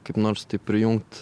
kaip nors tai prijungt